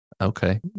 Okay